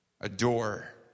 adore